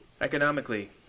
economically